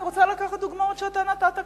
אני רוצה לקחת דוגמאות שאתה נתת כאן.